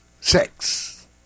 Sex